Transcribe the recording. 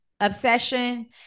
obsession